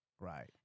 Right